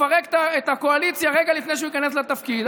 תפרק את הקואליציה רגע לפני שהוא ייכנס לתפקיד.